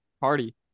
Party